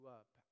up